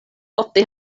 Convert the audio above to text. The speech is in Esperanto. ofte